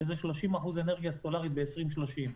שזה 30% אנרגיה סולארית ב-2030.